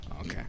okay